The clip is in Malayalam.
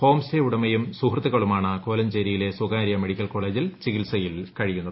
ഹോംസ്റ്റെ ഉടമയും സുഹൃത്തുക്കളുമാണ് ക്കോലഞ്ചേരിയിലെ സ്വകാരൃ മെഡിക്കൽകോളേജിൽ ചികിത്സയിൽ കഴിയുന്നത്